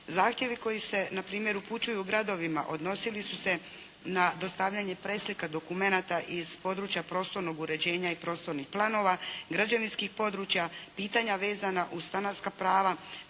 Zahtjevi koji se na primjer upućuju gradovima odnosili su se na dostavljanje preslika dokumenata iz područja prostornog uređenja i prostornih planova, građevinskih područja, pitanja vezana uz stanarska prava,